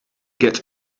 get